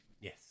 yes